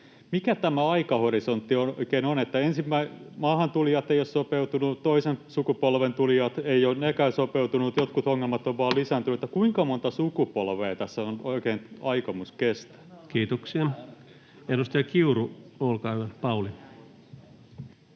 mikä tämä aikahorisontti oikein on? Ensimmäisen sukupolven maahantulijat eivät ole sopeutuneet, toisen sukupolven tulijat eivät ole hekään sopeutuneet, jotkut ongelmat ovat vain lisääntyneet. Kuinka monta sukupolvea tässä on oikein aikomus kestää? Kiitoksia. — Edustaja Kiuru, Pauli,